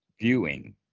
viewing